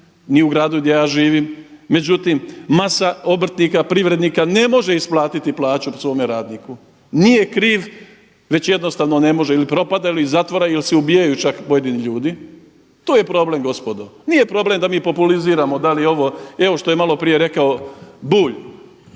ni u gradu gdje ja živim. Međutim masa obrtnika, privrednika ne može isplatiti plaću svome radniku. Nije kriv već jednostavno ne može ili propada ili zatvara ili se ubijaju čak pojedini ljudi, to je problem gospodo. Nije problem da mi populiziramo da li je ovo i evo što je malo prije rekao Bulj,